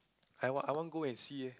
I I want go and see eh